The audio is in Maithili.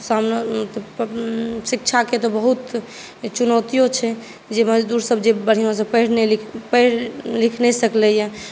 तऽ शिक्षाके तऽ बहुत चुनौतियो छै जे मजदूरसभ जे बढ़िआँसँ पढ़ि नहि पढ़ि लिख नहि सकलैए